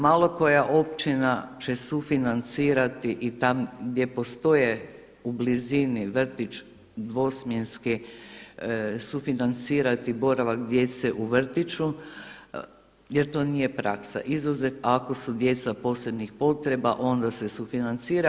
Malo koja općina će sufinancirati i tam gdje postoje u blizini vrtić dvosmjenski, sufinancirati boravak djece u vrtiću jer to nije praksa, izuzev ako su djeca posebnih potreba onda se sufinancira.